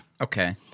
Okay